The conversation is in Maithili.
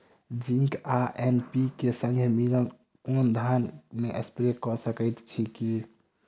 जिंक आ एन.पी.के, संगे मिलल कऽ धान मे स्प्रे कऽ सकैत छी की?